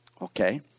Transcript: okay